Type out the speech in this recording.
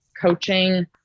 coaching